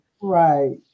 Right